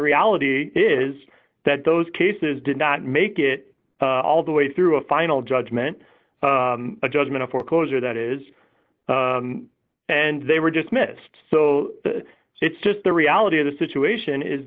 reality is that those cases did not make it all the way through a final judgment a judgment a foreclosure that is and they were just missed so it's just the reality of the situation is